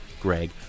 Greg